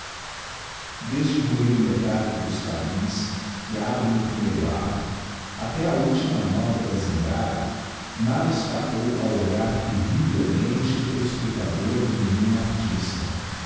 desde o ruido metálico dos clarins que abrem o primeiro acto até a ultima nota da zingara nada escapou ao olhar terrivelmente prescrutador do menino artista